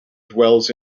dwells